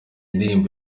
ndirimbo